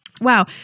wow